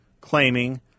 claiming